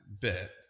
bit